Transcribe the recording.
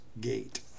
gate